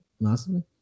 massively